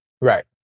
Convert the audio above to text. Right